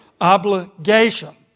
obligation